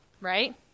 Right